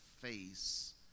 face